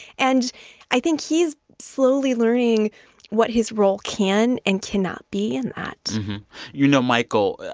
and i think he's slowly learning what his role can and cannot be in that you know, michael,